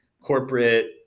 corporate